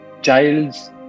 child's